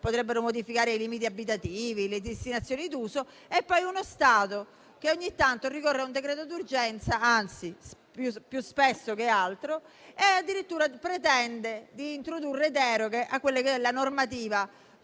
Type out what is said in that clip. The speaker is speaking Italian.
potrebbero modificare i limiti abitativi e le destinazioni d'uso) e dall'altra uno Stato che ogni tanto ricorre a un decreto d'urgenza (anzi, più spesso che altro) e addirittura pretende di introdurre deroghe alla normativa